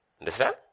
Understand